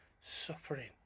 suffering